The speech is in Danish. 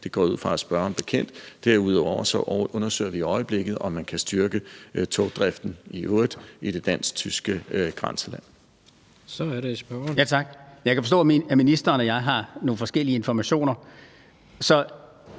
det går jeg ud fra er spørgeren bekendt. Og derudover undersøger vi i øjeblikket, om man kan styrke togdriften i øvrigt i det dansk-tyske grænseland.